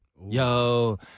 Yo